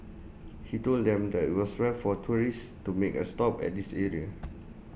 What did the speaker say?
he told them that IT was rare for tourists to make A stop at this area